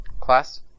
Class